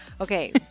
Okay